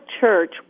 Church